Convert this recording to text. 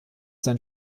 sein